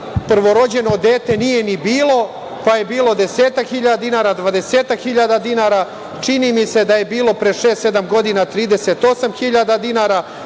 prvorođeno dete nije ni bilo pa je bilo desetak hiljada dinara, dvadesetak hiljada dinara, čini mi se da je bilo pre šest-sedam godina 38.000 dinara,